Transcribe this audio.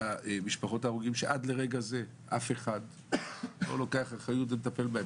משפחות הרוגים שעד לרגע זה אף אחד לא לוקח אחריות על הטיפול בהן.